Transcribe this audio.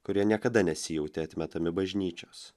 kurie niekada nesijautė atmetami bažnyčios